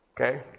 Okay